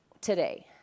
today